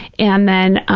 and then,